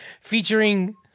Featuring